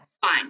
fine